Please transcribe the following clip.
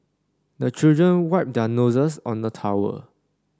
the children wipe their noses on the towel